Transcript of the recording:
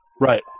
Right